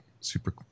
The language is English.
super